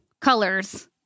colors